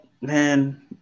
Man